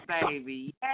baby